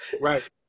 Right